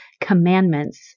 commandments